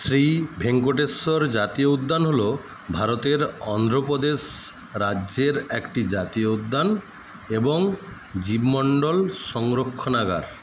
শ্রী ভেঙ্কটেশ্বর জাতীয় উদ্যান হলো ভারতের অন্ধ্র প্রদেশ রাজ্যের একটি জাতীয় উদ্যান এবং জীবমন্ডল সংরক্ষণাগার